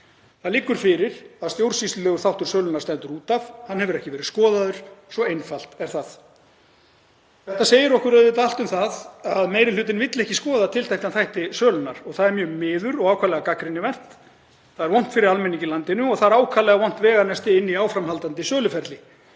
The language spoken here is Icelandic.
Það liggur fyrir að stjórnsýslulegur þáttur sölunnar stendur út af og hefur ekki verið skoðaður. Svo einfalt er það. Þetta segir okkur auðvitað allt um það að meiri hlutinn vill ekki skoða tiltekna þætti sölunnar og það er mjög miður og ákaflega gagnrýnivert. Það er vont fyrir almenning í landinu og það er ákaflega vont veganesti inn í áframhaldandi söluferli.